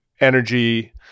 energy